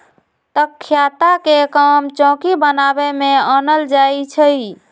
तकख्ता के काम चौकि बनाबे में आनल जाइ छइ